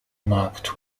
marked